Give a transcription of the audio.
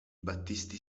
battisti